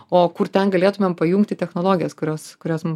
o kur ten galėtumėm pajungti technologijas kurios kurios mum